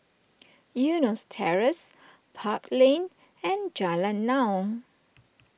Eunos Terrace Park Lane and Jalan Naung